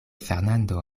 fernando